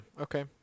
okay